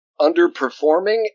underperforming